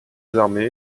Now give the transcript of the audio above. désarmé